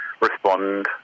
respond